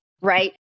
right